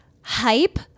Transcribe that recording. hype